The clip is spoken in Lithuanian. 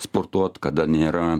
sportuoti kada nėra